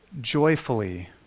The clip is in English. joyfully